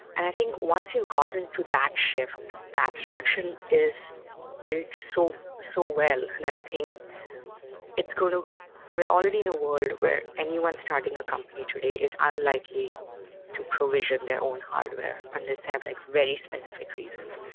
and i think once you've gotten to that shift, the abstraction is built so so well that i think it's going to we're already in a world where anyone starting a company today is unlikely to provision their own hardware, unless they have like very specific reasons.